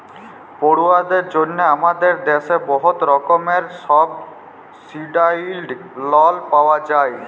পড়ুয়াদের জ্যনহে আমাদের দ্যাশে বহুত রকমের সাবসিডাইস্ড লল পাউয়া যায়